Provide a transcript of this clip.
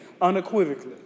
unequivocally